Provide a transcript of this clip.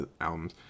albums